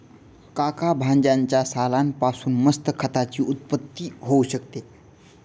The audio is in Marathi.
काका भाज्यांच्या सालान पासून मस्त खताची उत्पत्ती होऊ शकते